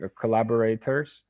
collaborators